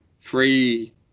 free